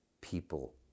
people